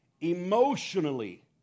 emotionally